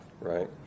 right